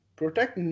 protect